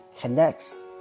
connects